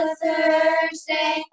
Thursday